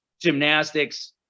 gymnastics